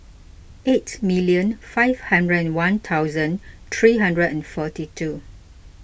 eight million five hundred and one thousand three hundred and forty two